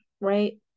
Right